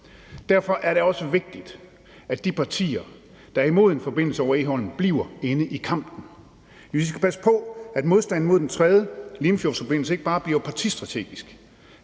Derfor er det også vigtigt, at de partier, der er imod en forbindelse over Egholm, bliver inde i kampen. Men vi skal passe på, at modstanden mod den tredje Limfjordsforbindelse ikke bare bliver partistrategisk,